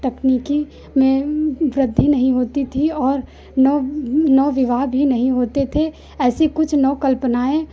तकनीकी में वृद्धि नहीं होती थी और नव नव विवाह भी नहीं होते थे ऐसी कुछ नव कल्पनाएँ